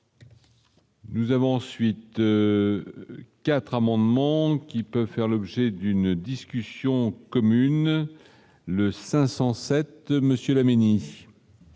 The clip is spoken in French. Nous avons ensuite 4 amendements qui peuvent faire l'objet d'une discussion commune le 507 monsieur